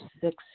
six